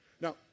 Now